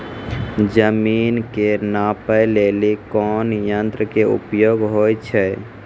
जमीन के नापै लेली कोन यंत्र के उपयोग होय छै?